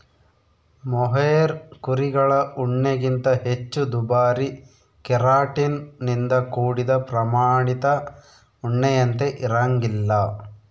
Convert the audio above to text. mohair ಕುರಿಗಳ ಉಣ್ಣೆಗಿಂತ ಹೆಚ್ಚು ದುಬಾರಿ ಕೆರಾಟಿನ್ ನಿಂದ ಕೂಡಿದ ಪ್ರಾಮಾಣಿತ ಉಣ್ಣೆಯಂತೆ ಇರಂಗಿಲ್ಲ